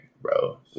bro